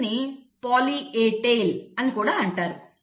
దీనిని poly A tile అని కూడా అంటారు